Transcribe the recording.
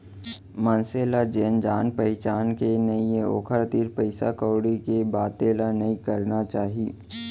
मनसे ल जेन जान पहिचान के नइये ओकर तीर पइसा कउड़ी के बाते ल नइ करना चाही